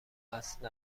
اصل